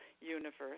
universe